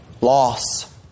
loss